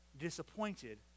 disappointed